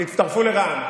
הצטרפו לרע"מ.